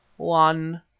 one.